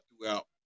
throughout